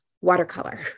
watercolor